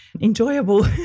enjoyable